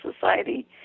Society